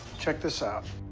check this out.